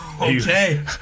Okay